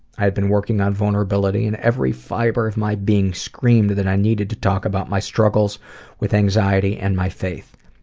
i had been working on vulnerability, and every fibre of my being screamed that i needed to talk about my struggles with anxiety and my faith.